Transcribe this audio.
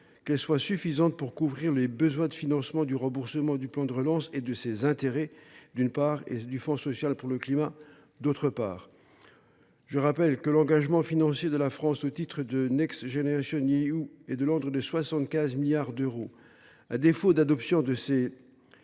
qu’elles soient suffisantes pour couvrir les besoins de financement du remboursement du plan de relance et de ses intérêts, d’une part, et du Fonds social pour le climat, d’autre part. Or je rappelle que l’engagement financier de la France au titre de est de l’ordre de 75 milliards d’euros. Un défaut d’adoption de ces